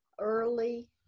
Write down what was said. early